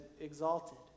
exalted